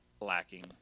lacking